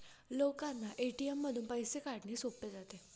लोकांना ए.टी.एम मधून पैसे काढणे सोपे जाते